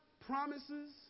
promises